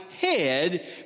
head